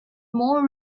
more